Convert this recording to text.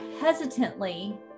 hesitantly